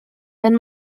wenn